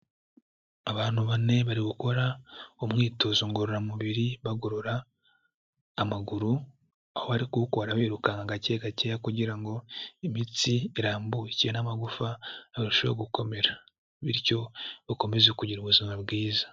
Abantu bane bari gukora umwitozo ngororamubiri bagorora amaguru, aho bari kuwukora birukanka gake gakeya kugira ngo imitsi irambukire n'amagufa arusheho gukomera, bityo bakomeze kugira ubuzima bwiza.